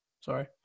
Sorry